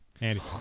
Andy